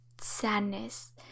sadness